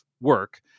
work